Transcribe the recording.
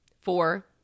Four